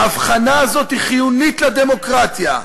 ההבחנה הזאת היא חיונית לדמוקרטיה,